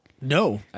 no